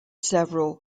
several